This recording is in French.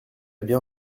bien